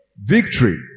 Victory